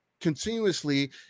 continuously